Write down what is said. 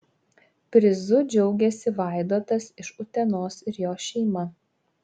prizu džiaugiasi vaidotas iš utenos ir jo šeima